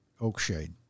Oakshade